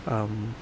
um